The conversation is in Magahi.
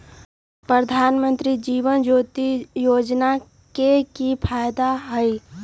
प्रधानमंत्री जीवन ज्योति योजना के की फायदा हई?